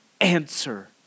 answer